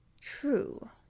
True